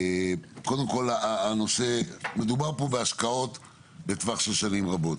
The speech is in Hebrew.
קודם כול מדובר פה בהשקעות לטווח של שנים רבות,